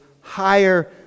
higher